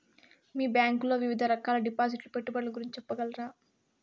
మీ bank లో వివిధ రకాల డిపాసిట్స్, పెట్టుబడుల గురించి సెప్పగలరా?